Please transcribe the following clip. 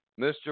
Mr